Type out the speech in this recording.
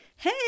Hey